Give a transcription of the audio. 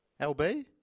LB